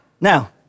Now